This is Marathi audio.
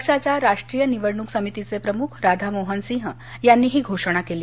पक्षाच्या राष्ट्रीय निवडणुक समितीचे प्रमुख राधामोहन सिंह यांनी ही घोषणा केली